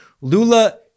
Lula